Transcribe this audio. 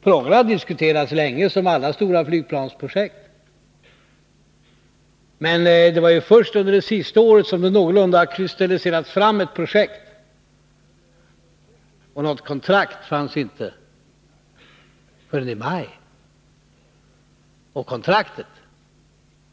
Frågorna har diskuterats länge, som alla stora flygplansprojekt, men det var först under det senaste året som det någorlunda kristalliserades ut ett projekt, och något kontrakt fanns inte förrän i maj. Kontraktet